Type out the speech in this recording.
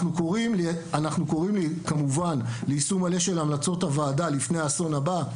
אנחנו קוראים כמובן ליישום מלא של המלצות הוועדה לפני האסון הבא,